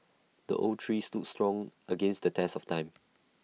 the oak tree stood strong against the test of time